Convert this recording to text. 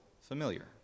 familiar